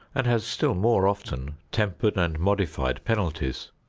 and has still more often tempered and modified penalties.